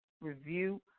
review